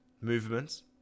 movements